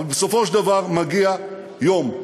אבל בסופו של דבר מגיע יום.